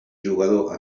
jugador